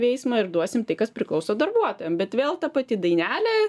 veiksmą ir duosim tai kas priklauso darbuotojam bet vėl ta pati dainelė